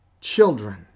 children